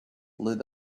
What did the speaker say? lit